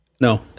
No